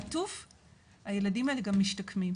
עטוף, הילדים האלה גם משתקמים.